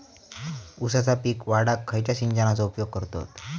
ऊसाचा पीक वाढाक खयच्या सिंचनाचो उपयोग करतत?